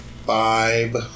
five